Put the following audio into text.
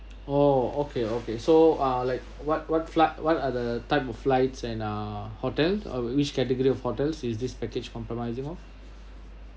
orh okay okay so ah like what what flight what are the type of flights and uh hotels uh which category of hotel is this package compromising of